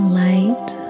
light